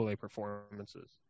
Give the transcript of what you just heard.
performances